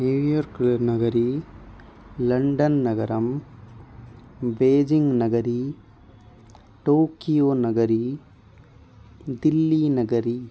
नगरं लण्डन् नगरं बेजिङ्ग् नगरं टोकियो नगरं दिल्ली नगरम्